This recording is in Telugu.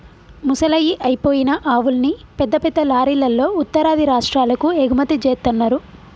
ముసలయ్యి అయిపోయిన ఆవుల్ని పెద్ద పెద్ద లారీలల్లో ఉత్తరాది రాష్టాలకు ఎగుమతి జేత్తన్నరు